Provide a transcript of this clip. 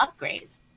upgrades